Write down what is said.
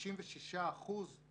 56 אחוזים